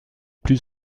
plus